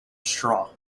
straw